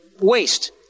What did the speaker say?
waste